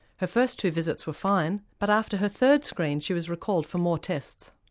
her first two visits were fine, but after her third screen she was recalled for more tests.